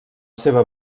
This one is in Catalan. seva